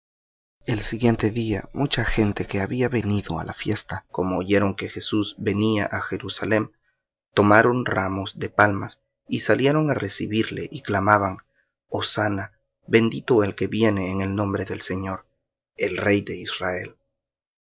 el siguiente día mucha gente que había venido á la fiesta como oyeron que jesús venía á jerusalem tomaron ramos de palmas y salieron á recibirle y clamaban hosanna bendito el que viene en el nombre del señor el rey de israel